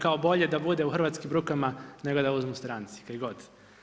Kao bolje da bude u hrvatskim rukama, nego da uzmu stranci, kaj god.